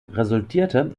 resultierte